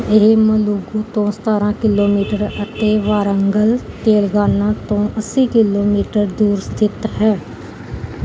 ਇਹ ਮਲੁਗੂ ਤੋਂ ਸਤਾਰਾਂ ਕਿਲੋਮੀਟਰ ਅਤੇ ਵਾਰੰਗਲ ਤੇਲਗਾਨਾ ਤੋਂ ਅੱਸੀ ਕਿਲੋਮੀਟਰ ਦੂਰ ਸਥਿਤ ਹੈ